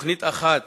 תוכנית אחת